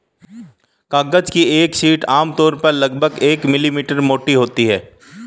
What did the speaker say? कागज की एक शीट आमतौर पर लगभग एक मिलीमीटर मोटी होती है